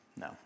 No